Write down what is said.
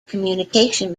communication